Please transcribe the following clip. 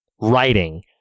writing